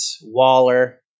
Waller